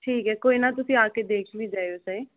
ਠੀਕ ਹੈ ਕੋਈ ਨਾ ਤੁਸੀਂ ਆ ਕੇ ਦੇਖ ਵੀ ਜਾਇਓ ਚਾਹੇ